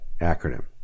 acronym